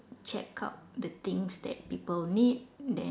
check out the things that people need then